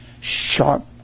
sharp